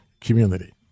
community